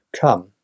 Come